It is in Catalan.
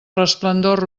resplendor